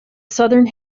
southern